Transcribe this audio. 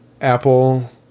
Apple